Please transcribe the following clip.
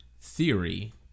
Theory